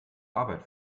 arbeit